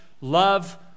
love